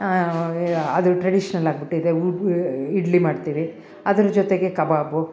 ಅದು ಟ್ರಡಿಷ್ನಲ್ ಆಗಿಬಿಟ್ಟಿದೆ ಇಡ್ಲಿ ಮಾಡ್ತೀವಿ ಅದ್ರ ಜೊತೆಗೆ ಕಬಾಬು